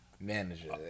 Manager